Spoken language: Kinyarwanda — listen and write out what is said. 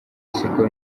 siko